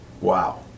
Wow